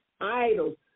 idols